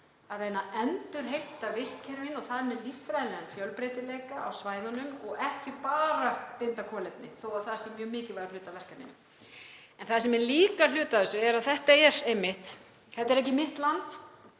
að reyna að endurheimta vistkerfi og þar með líffræðilegan fjölbreytileika á svæðunum og ekki bara binda kolefni, þó að það sé mjög mikilvægur hluti af verkefninu. Það sem er líka hluti af þessu er að þetta er einmitt ekki mitt land,